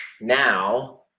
now